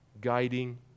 guiding